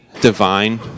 divine